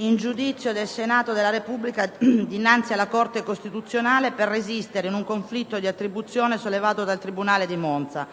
in giudizio del Senato della Repubblica dinanzi alla Corte costituzionale per resistere in un conflitto di attribuzione sollevato dal Tribunale di Monza